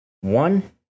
One